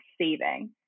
saving